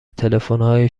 تلفنهای